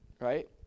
right